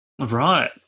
Right